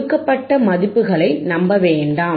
கொடுக்கப்பட்ட மதிப்புகளை நம்ப வேண்டாம்